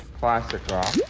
plastic off.